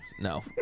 no